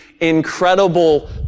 incredible